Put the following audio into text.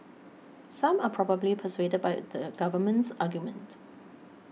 some are probably persuaded by the government's argument